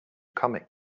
comet